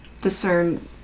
discern